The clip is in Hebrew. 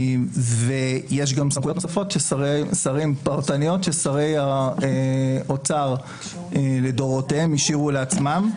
ויש גם סמכויות נוספות פרטניות ששרי האוצר לדורותיהם השאירו לעצמם.